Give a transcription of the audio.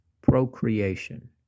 procreation